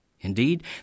Indeed